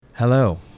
Hello